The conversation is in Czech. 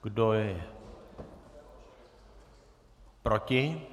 Kdo je proti?